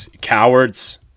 Cowards